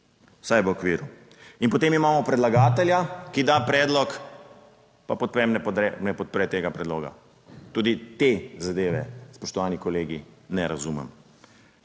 vsaj v okviru in potem imamo predlagatelja, ki da predlog, pa ne podpre tega predloga. Tudi te zadeve, spoštovani kolegi, ne razumem.